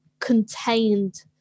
contained